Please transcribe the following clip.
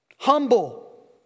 Humble